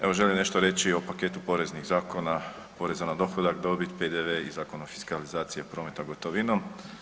Evo želim nešto reći o paketu poreznih zakona, poreza na dohodak, dobit, PDV i Zakon o fiskalizaciji prometa gotovinom.